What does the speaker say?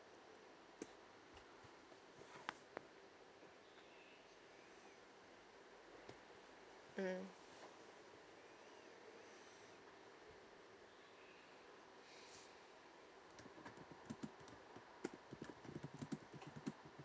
mm